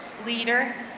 leader,